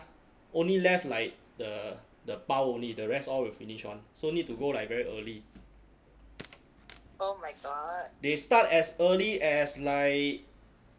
only left like the the pau only the rest all will finish [one] so need to go like very early they start as early as like